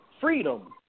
freedom